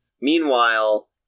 Meanwhile